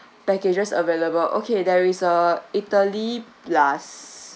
packages available okay there is uh italy plus